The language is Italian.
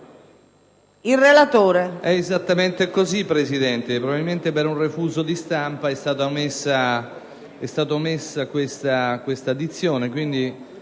il relatore